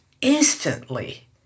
instantly